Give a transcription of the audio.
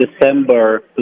December